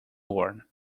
worn